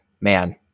man